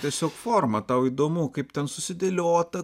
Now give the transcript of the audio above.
tiesiog forma tau įdomu kaip ten susidėliota